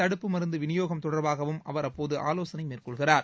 தடுப்பு மருந்து விநியோகம் தொடர்பாகவும் அவர் அப்போது ஆலோசனை மேற்கொள்கிறார்